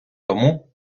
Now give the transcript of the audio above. тому